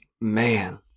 Man